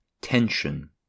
Tension